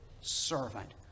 servant